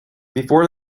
before